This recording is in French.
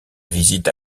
visite